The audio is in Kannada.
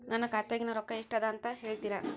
ನನ್ನ ಖಾತೆಯಾಗಿನ ರೊಕ್ಕ ಎಷ್ಟು ಅದಾ ಅಂತಾ ಹೇಳುತ್ತೇರಾ?